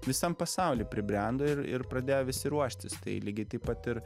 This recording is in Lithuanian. visam pasauly pribrendo ir ir pradėjo visi ruoštis tai lygiai taip pat ir